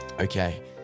Okay